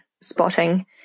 spotting